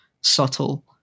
subtle